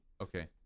okay